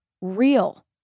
real